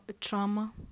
trauma